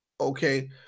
okay